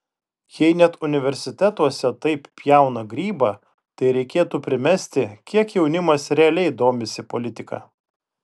jei net universitetuose taip pjauna grybą tai reikėtų primesti kiek jaunimas realiai domisi politika